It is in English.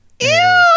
Ew